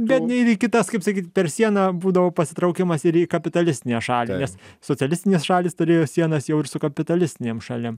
bet ir į kitas kaip sakyt per sieną būdavo pasitraukimas ir į kapitalistinę šalį nes socialistinės šalys turėjo sienas jau ir su kapitalistinėm šalim